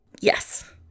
Yes